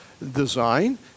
design